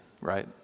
right